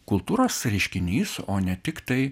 kultūros reiškinys o ne tik tai